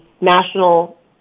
national